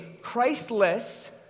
Christless